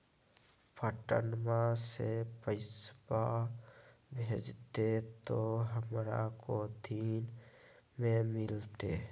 पटनमा से पैसबा भेजते तो हमारा को दिन मे मिलते?